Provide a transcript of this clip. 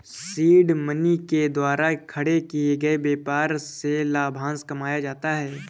seed money के द्वारा खड़े किए गए व्यापार से लाभांश कमाया जाता है